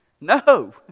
No